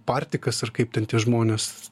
partikas ar kaip ten tie žmonės